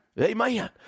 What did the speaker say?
Amen